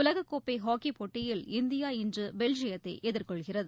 உலகக்கோப்பைஹாக்கிப் போட்டியில் இந்தியா இன்றுபெல்ஜியத்தைஎதிர்கொள்கிறது